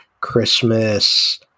Christmas